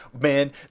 man